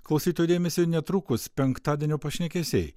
klausytojų dėmesiui netrukus penktadienio pašnekesiai